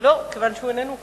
לא, כיוון שהוא איננו כאן.